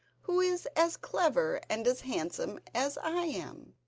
who is as clever and as handsome as i am,